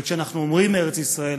וכשאנחנו אומרים "ארץ ישראל",